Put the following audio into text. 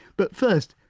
but first,